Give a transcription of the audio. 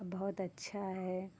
बहुत अच्छा है